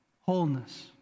wholeness